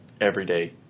everyday